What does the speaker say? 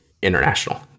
international